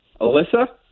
Alyssa